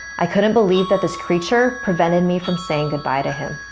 i couldn't believe that this creature prevented me from saying goodbye to him.